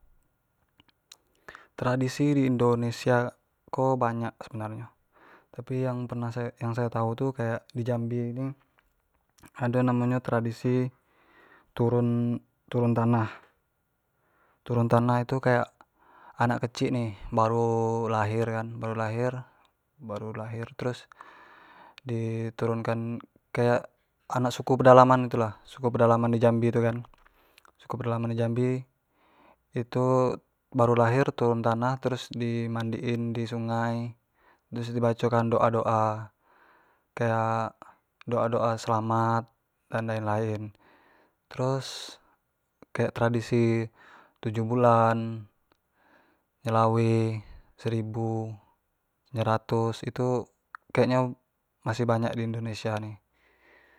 tradisi di indonesia ko banyak sebenar nyo, tapi yang pernah sa-sayo tau tu kayak di jambi ni ado yang namo nyo tradisi turun turun tanah, turun tanah tu kayak anak kecik ni baru lahir-baru lahir terus di turun kan kayak anak suku pedalaman gitu lah suku pedalaman di jambi itu kan suku pedalaman di jambi itu baru lahir turun tanah terus di mandiin di sungai terus di baco kan doa doa kayak doa doa selamat dan lain lain terus kayak tradisi tujuh bulan, nyelawe, seribu, nyeratus kek nyo masih banyak di indonesia ni.